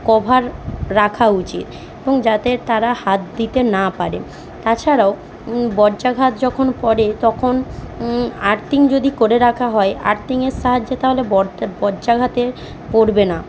cover রাখা উচিত এবং যাতে তারা হাত দিতে না পারে তাছাড়াও বজ্রাঘাত যখন পড়ে তখন আর্থিং যদি করে রাখা হয় আর্থিংয়ের সাহায্যে তাহলে বজ্রাঘাতের পড়বে না